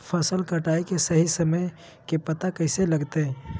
फसल कटाई के सही समय के पता कैसे लगते?